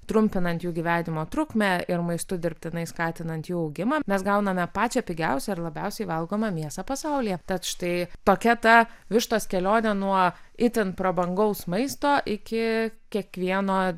trumpinant jų gyvenimo trukmę ir maistu dirbtinai skatinant jų augimą mes gauname pačią pigiausią ir labiausiai valgomą mėsą pasaulyje tad štai tokia ta vištos kelionė nuo itin prabangaus maisto iki kiekvieno